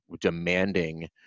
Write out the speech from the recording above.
demanding